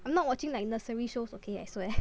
I'm not watching like nursery shows okay I swear